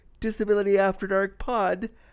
disabilityafterdarkpod